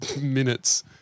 minutes